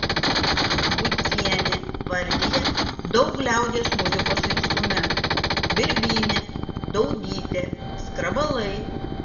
budzienė vardija daug liaudies muzikos instrumentų birbynė daudytė skrabalai